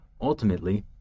Ultimately